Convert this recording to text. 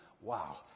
Wow